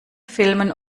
filmen